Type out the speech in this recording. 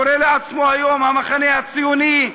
קורא לעצמו היום "המחנה הציוני".